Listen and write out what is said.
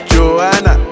Joanna